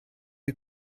you